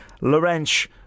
Lorenz